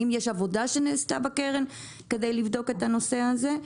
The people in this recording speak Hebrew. האם יש עבודה שנעשתה בקרן כדי לבדוק את הנושא הזה?